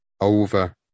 over